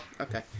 Okay